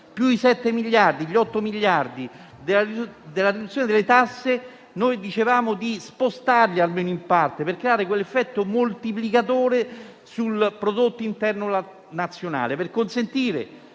9 a 10 miliardi), più gli otto miliardi della riduzione delle tasse. Noi dicevamo di spostarli almeno in parte per creare quell'effetto moltiplicatore sul prodotto interno lordo nazionale a sostegno